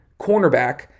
cornerback